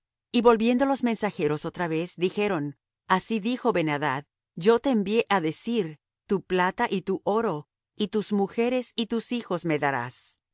y volviendo los mensajeros otra vez dijeron así dijo ben adad yo te envié á decir tu plata y tu oro y tus mujeres y tus hijos me darás